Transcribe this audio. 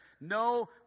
no